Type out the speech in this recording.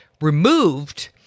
removed